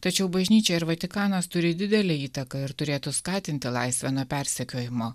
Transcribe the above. tačiau bažnyčia ir vatikanas turi didelę įtaką ir turėtų skatinti laisvę nuo persekiojimo